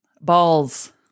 Balls